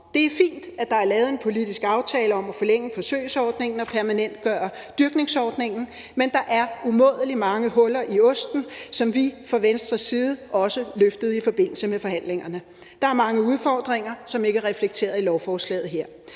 Det er fint, at der er lavet en politisk aftale om at forlænge forsøgsordningen og permanentgøre dyrkningsordningen, men der er umådelig mange huller i osten, og det har vi fra Venstres side også løftet i forbindelse med forhandlingerne. Der er mange udfordringer, som ikke er reflekteret i lovforslaget her.